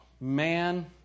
man